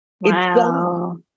Wow